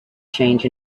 change